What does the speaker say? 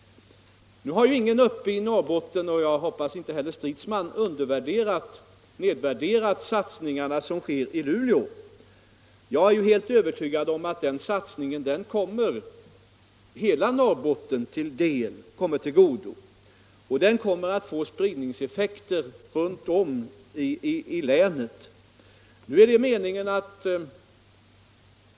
Nu har ju ingen uppe i Norrbotten — jag hoppas inte heller herr Stridsman —- nedvärderat den satsningen som sker i Luleå. Jag är helt övertygad om att den satsningen kommer hela Norrbotten till godo. Och den kommer att få spridningseffekter runt om i länet.